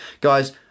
Guys